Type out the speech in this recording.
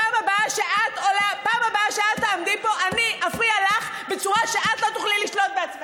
בפעם הבאה שאת תעמדי פה אני אפריע לך בצורה שאת לא תוכלי לשלוט בעצמך.